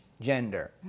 gender